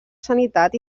sanitat